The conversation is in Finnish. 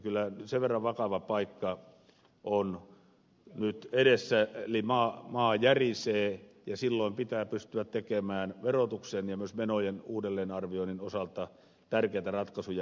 kyllä sen verran vakava paikka on nyt edessä eli maa järisee ja silloin pitää pystyä tekemään verotuksen ja myös menojen uudelleenarvioinnin osalta tärkeitä ratkaisuja